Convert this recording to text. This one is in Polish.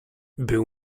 był